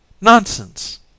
nonsense